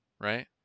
Right